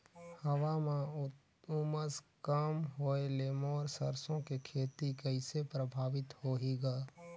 हवा म उमस कम होए ले मोर सरसो के खेती कइसे प्रभावित होही ग?